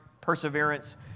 perseverance